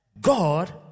God